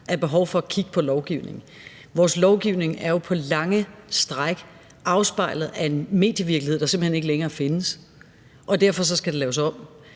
er behov for at kigge på lovgivningen. Vores lovgivning er jo på lange stræk afspejlet af en medievirkelighed, der simpelt hen ikke længere findes, og derfor skal det laves om.